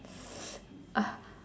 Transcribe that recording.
uh